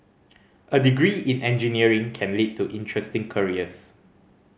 a degree in engineering can lead to interesting careers